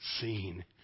seen